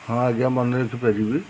ହଁ ଆଜ୍ଞା ମନେ ରଖିପାରିବି